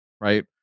right